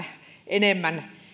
enemmän